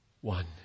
one